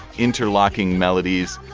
interlocking melodies.